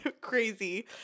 crazy